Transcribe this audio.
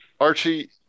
Archie